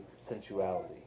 sensuality